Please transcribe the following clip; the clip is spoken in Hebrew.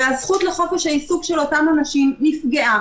וראינו שזכות העיסוק של אותם אנשים נפגעה.